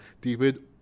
David